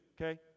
okay